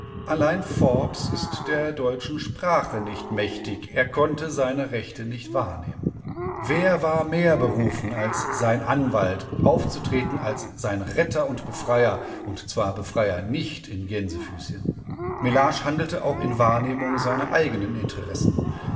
allein forbes ist der deutschen sprache nicht mächtig er konnte seine rechte nicht wahrnehmen wer war mehr berufen als sein anwalt aufzutreten als sein retter und befreier und zwar befreier nicht in gänsefüßchen mellage handelte auch in wahrnehmung seiner eigenen interessen